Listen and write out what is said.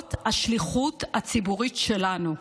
זאת השליחות הציבורית שלנו.